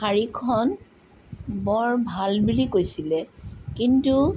শাড়ীখন বৰ ভাল বুলি কৈছিলে কিন্তু